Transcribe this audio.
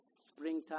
springtime